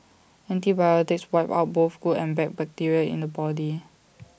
antibiotics wipe out both good and bad bacteria in the body